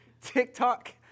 TikTok